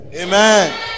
Amen